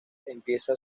empieza